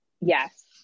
Yes